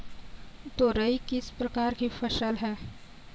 तोरई किस प्रकार की फसल है?